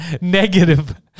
negative